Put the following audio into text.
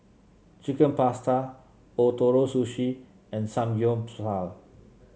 Chicken Pasta Ootoro Sushi and Samgyeopsal